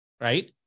Right